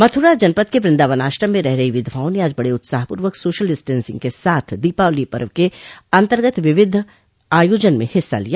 मथुरा जनपद के वृंदावन आश्रम में रह रही विधवाओं ने आज बड़े उत्साहपूर्वक सोशल डिस्टेंसिग के साथ दीपावली पर्व के अन्तर्गत विविध आयोजन में हिस्सा लिया